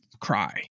cry